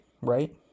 right